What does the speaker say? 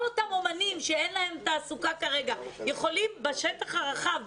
כל אותם אמנים שכרגע אין להם תעסוקה יכולים בשטח הרחב,